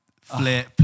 flip